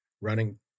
running